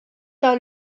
par